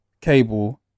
Cable